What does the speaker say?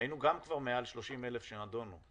היינו גם כבר מעל 30,000 שנדונו.